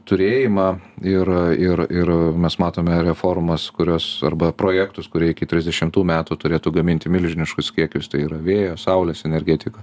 turėjimą ir ir ir mes matome reformas kurios arba projektus kurie iki trisdešimtų metų turėtų gaminti milžiniškus kiekius tai yra vėjo saulės energetika